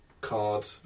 card